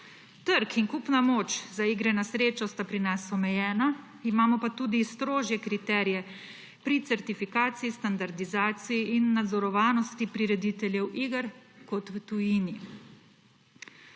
Trg in kupna moč za igre na srečo sta pri nas omejena, imamo pa tudi strožje kriterije pri certifikaciji, standardizaciji in nadzorovanosti prirediteljev iger kot v tujini.